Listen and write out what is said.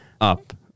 up